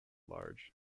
large